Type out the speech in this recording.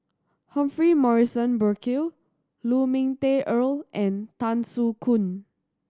Humphrey Morrison Burkill Lu Ming Teh Earl and Tan Soo Khoon